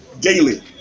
daily